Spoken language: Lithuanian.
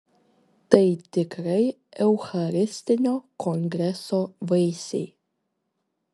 tai tikrai eucharistinio kongreso vaisiai